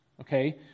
okay